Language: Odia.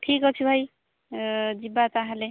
ଠିକ୍ ଅଛି ଭାଇ ଯିବା ତାହେଲେ